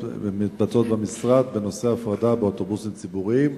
מתבצעות במשרד בנושא הפרדה באוטובוסים ציבוריים?